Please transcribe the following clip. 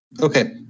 Okay